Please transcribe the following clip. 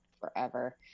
forever